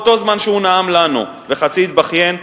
באותו זמן שהוא נאם לנו וחצי התבכיין,